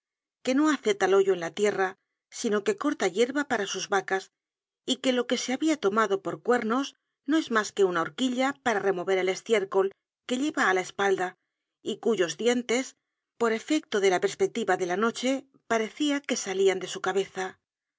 que no hace tal hoyo en la tierra sino que corta yerba para sus vacas y que lo que se habia tomado por cuernos no es mas que una horquilla para remover el estiércol que lleva á la espalda y cuyos dientes por efecto de la perspectiva de la noche parecia que salían de su cabeza